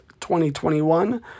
2021